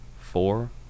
four